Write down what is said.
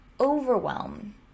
overwhelm